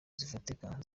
zifatika